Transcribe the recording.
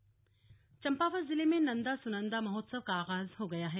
नंदा सुनंदा गणेश महोत्सव चम्पावत जिले में नन्दा सुनन्दा महोत्सव का आगाज हो गया है